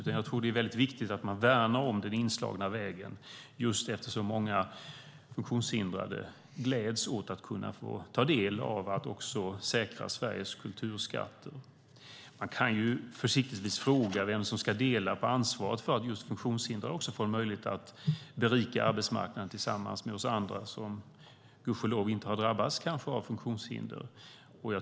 Jag tror att det är viktigt att värna om den inslagna vägen eftersom många funktionshindrade gläds åt att få ta del av att också säkra Sveriges kulturskatter. Man kan försiktigtvis fråga vem som ska dela på ansvaret för att just funktionshindrade också får möjlighet att berika arbetsmarknaden tillsammans med oss andra som gudskelov inte har drabbats av funktionshinder.